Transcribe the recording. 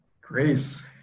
Grace